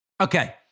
Okay